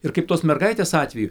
ir kaip tos mergaitės atveju